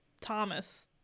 Thomas